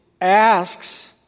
asks